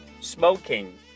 smoking